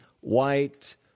white